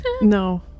No